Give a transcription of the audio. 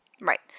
Right